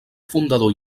fundador